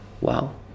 Wow